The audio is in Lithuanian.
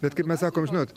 bet kaip mes sakom žinot